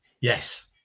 Yes